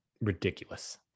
ridiculous